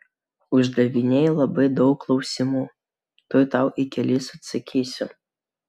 uždavinėji labai daug klausimų tuoj tau į kelis atsakysiu